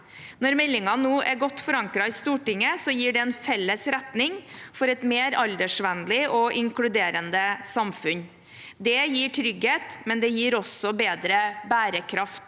Når meldingen nå er godt forankret i Stortinget, gir det en felles retning for et mer aldersvennlig og inkluderende samfunn. Det gir trygghet, men det gir også bedre bærekraft.